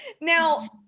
Now